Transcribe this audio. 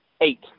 Eight